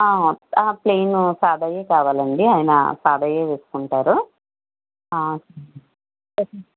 ఆ ఆ ప్లేయిన్ సాదావే కావాలండి ఆయన సాదావే వేసుకుంటారు